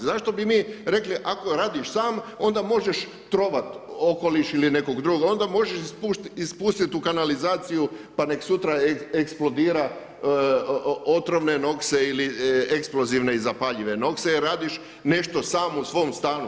Zašto bi mi rekli ako radiš sam onda možeš trovat okoliš ili nekog drugo, onda možeš ispustit u kanalizaciju pa nek sutra eksplodira otrovne … ili eksplozivne i zapaljive … ako radiš nešto sam u svom stanu.